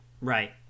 Right